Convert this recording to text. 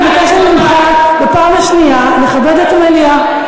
אני מבקשת ממך בפעם השנייה לכבד את המליאה.